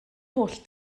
holl